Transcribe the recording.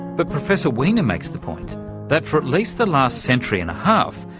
but professor weiner makes the point that for at least the last century-and-a-half,